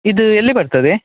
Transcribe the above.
ಇದು ಎಲ್ಲಿ ಬರ್ತದೆ